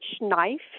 knife